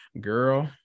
girl